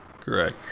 Correct